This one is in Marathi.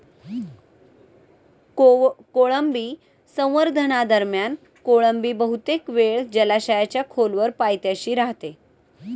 कोळंबी संवर्धनादरम्यान कोळंबी बहुतेक वेळ जलाशयाच्या खोलवर पायथ्याशी राहते